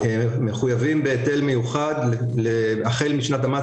מחויבים בהיטל מיוחד החל משנת המס